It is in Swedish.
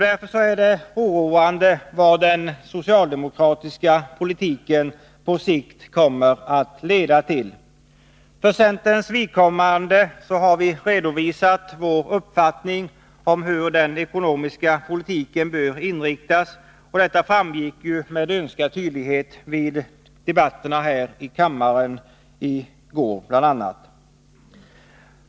Därför är det oroande vad den socialdemokratiska politiken på sikt kommer att leda till. Vi har för centerns vidkommande redovisat vår uppfattning om hur den ekonomiska politiken bör inriktas, och detta framgick ju med önskad tydlighet bl.a. vid debatterna här i kammaren i går.